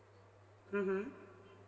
mmhmm